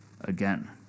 Again